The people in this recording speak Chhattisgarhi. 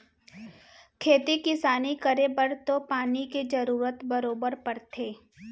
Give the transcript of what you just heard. खेती किसान करे बर तो पानी के जरूरत बरोबर परते रथे